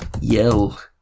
Yell